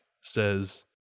says